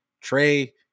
Trey